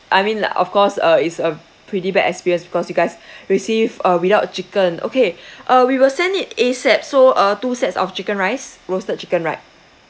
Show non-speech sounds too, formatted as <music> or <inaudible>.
I mean like of course uh is a pretty bad experience because you guys <breath> received uh without chicken okay uh <breath> we will send it ASAP so uh two sets of chicken rice roasted chicken right